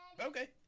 Okay